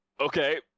Okay